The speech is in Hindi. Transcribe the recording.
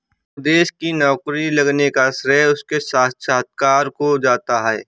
सुदेश की नौकरी लगने का श्रेय उसके साक्षात्कार को जाता है